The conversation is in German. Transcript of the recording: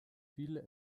viele